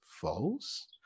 false